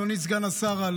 אדוני סגן השרה,